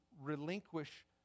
relinquish